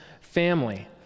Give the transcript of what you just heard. family